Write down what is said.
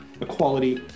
equality